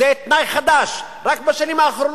שזה תנאי חדש, שעלה רק בשנים האחרונות,